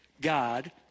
God